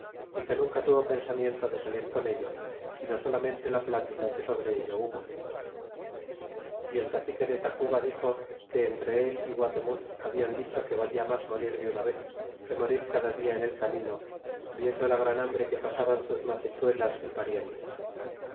y que nunca tuvo pensamiento de salir con ello sino solamente la plática que sobre ello hubo y el cacique de tacuba dixo que entre a y guatemuz habían dicho que valia mas morir de una vez que morir cada dia en el camino viendo la gran hambre que pasaban sus macechuelas y parientes